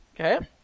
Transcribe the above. Okay